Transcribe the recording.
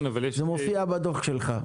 זה מופיע בדוח שלך.